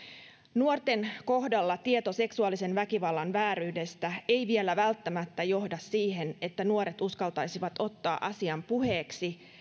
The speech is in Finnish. nuorten kohdalla tieto seksuaalisen väkivallan vääryydestä ei vielä välttämättä johda siihen että nuoret uskaltaisivat ottaa asian puheeksi